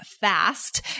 fast